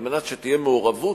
על מנת שתהיה מעורבות,